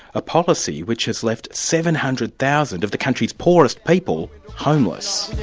a policy which has left seven hundred thousand of the country's poorest people homeless.